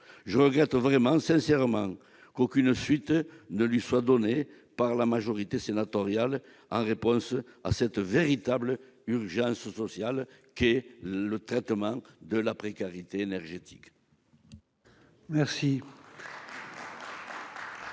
Je regrette sincèrement qu'aucune suite ne lui soit donnée par la majorité sénatoriale, en réponse à cette véritable urgence sociale qu'est la précarité énergétique. La